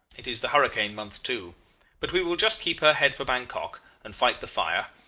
it is the hurricane month too but we will just keep her head for bankok, and fight the fire.